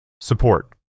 Support